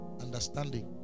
understanding